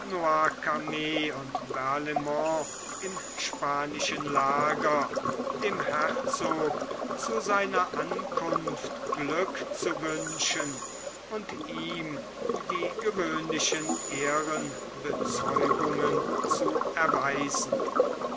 und barlaimont im spanischen lager dem herzog zu seiner ankunft glück zu wünschen und ihm die gewöhnlichen ehrenbezeugungen zu erweisen